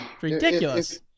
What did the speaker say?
ridiculous